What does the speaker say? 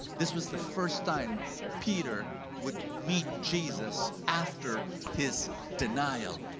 this was the first time peter would meet jesus after his denial.